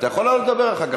אתה יכול לעלות לדבר אחר כך.